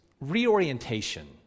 reorientation